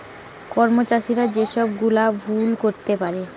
কর্মচারীরা যে সব গুলা ভুল করতে পারে